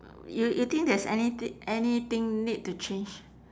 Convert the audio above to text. you you think there's anything anything need to change